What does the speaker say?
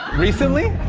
recently?